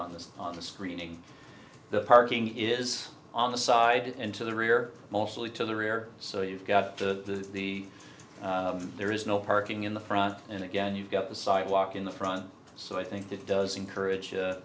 on the on the screening the parking is on the side and to the rear mostly to the rear so you've got to the there is no parking in the front and again you've got the sidewalk in the front so i think that does encourage